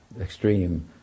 extreme